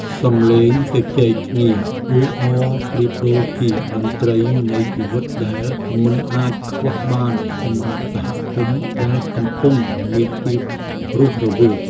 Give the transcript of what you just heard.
សម្លេងជជែកគ្នាអ៊ូអរប្រៀបដូចជាតន្ត្រីនៃជីវិតដែលមិនអាចខ្វះបានសម្រាប់សហគមន៍ដែលកំពុងមានភាពរស់រវើក។